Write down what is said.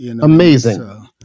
Amazing